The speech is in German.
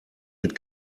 mit